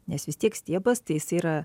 nes vis tiek stiebas tai jis yra